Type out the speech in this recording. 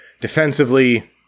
Defensively